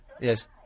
Yes